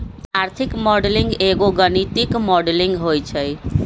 आर्थिक मॉडलिंग एगो गणितीक मॉडलिंग होइ छइ